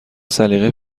سلیقه